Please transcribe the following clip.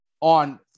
on